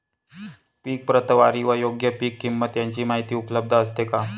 पीक प्रतवारी व योग्य पीक किंमत यांची माहिती उपलब्ध असते का?